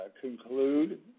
conclude